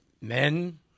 men